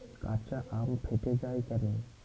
কাঁচা আম ফেটে য়ায় কেন?